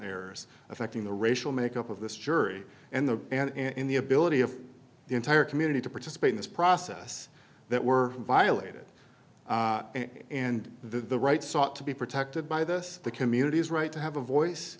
errors affecting the racial makeup of this jury and the and in the ability of the entire community to participate in this process that we're violated and the rights sought to be protected by this the community is right to have a voice